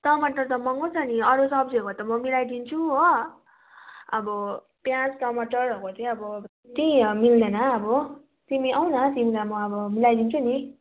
टमाटर त महँगो छ नि अरू सब्जीहरूमा त म मिलाइदिन्छु हो अब प्याज टमाटरहरूको चाहिँ अब त्यही हो मिल्दैन अब तिमी आउ न तिमीलाई म अब मिलाइदिन्छु नि